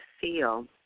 feel